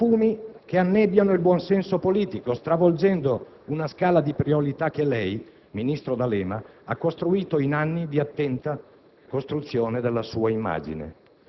È ormai un'abitudine ritrovarsi in quest'Aula sapendo che occasioni come quella di oggi mettono a rischio il Governo di cui lei è parte consapevole,